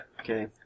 Okay